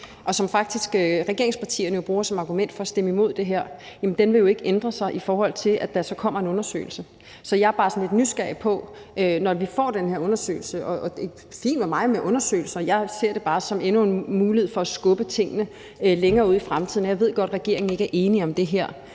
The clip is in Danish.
og som regeringspartierne jo faktisk bruger som argument for at stemme imod det her. Og den vil jo ikke ændre sig, i forhold til at der så kommer en undersøgelse. Så jeg er bare sådan nysgerrig i forhold til den her undersøgelse. Det er fint for mig med undersøgelser – jeg ser det bare som endnu en mulighed for at skubbe tingene længere ud i fremtiden. Og jeg ved godt, at regeringen ikke er enig i det her,